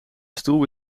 stoel